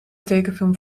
tekenfilm